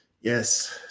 Yes